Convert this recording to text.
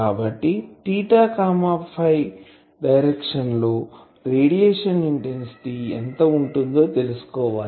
కాబట్టి డైరెక్షన్ లో radiation intensity ఎంత ఉంటుందో తెలుసుకోవాలి